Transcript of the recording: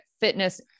fitness